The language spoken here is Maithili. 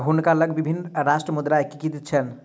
हुनका लग विभिन्न राष्ट्रक मुद्रा एकत्रित छैन